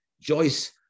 Joyce